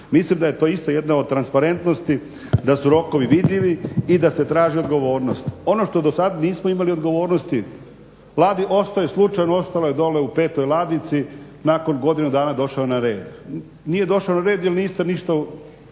Mislim da je to isto jedna od transparentnosti da su rokovi vidljivi i da se traži odgovornost. Ono što do sada nismo imali odgovornosti, ostao je, slučajno ostao je dolje u petoj ladici, nakon godinu dana došao je na red. Nije došao na red jer niste ništa